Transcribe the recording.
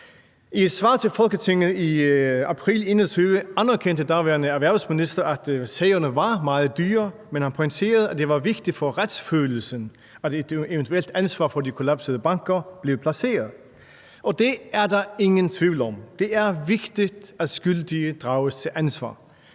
et svar til Folketinget i april 2021 anerkendte den daværende erhvervsminister, at sagerne var meget dyre, men han pointerede, at det var vigtigt for retsfølelsen, at et eventuelt ansvar for de kollapsede banker blev placeret. Og det er der ingen tvivl om. Det er vigtigt, at skyldige drages til ansvar.